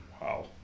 wow